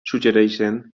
suggereixen